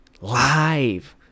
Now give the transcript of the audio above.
Live